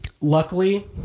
luckily